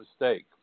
mistake